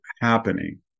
happening